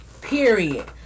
Period